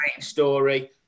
story